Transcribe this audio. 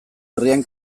herrian